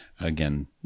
Again